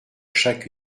chaque